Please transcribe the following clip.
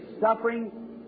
suffering